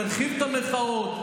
נרחיב את המחאות,